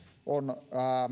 on